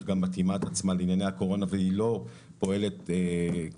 גם מתאימה את עצמה לענייני הקורונה והיא לא פועלת כבשגרה,